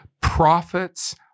prophets